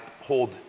hold